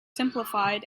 simplified